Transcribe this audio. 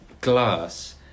glass